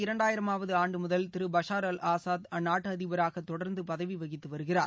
இரண்டாயிரமாவதுஆண்டுமுதல் திருபஷார் அல் கடந்த ஆசாத் அந்நாட்டுஅதிபராகதொடர்ந்துபதவிவகித்துவருகிறார்